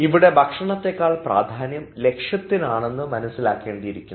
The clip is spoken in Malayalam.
ഇവിടെ ഭക്ഷണത്തേക്കാൾ പ്രാധാന്യം ലക്ഷ്യത്തിനാണെന്ന് മനസ്സിലാക്കേണ്ടിയിരിക്കുന്നു